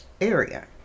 area